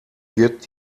wird